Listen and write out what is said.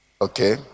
Okay